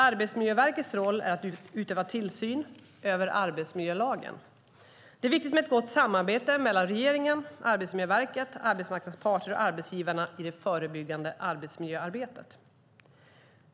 Arbetsmiljöverkets roll är att utöva tillsyn över arbetsmiljölagen. Det är viktigt med ett gott samarbete mellan regeringen, Arbetsmiljöverket, arbetsmarknadens parter och arbetsgivarna i det förebyggande arbetsmiljöarbetet.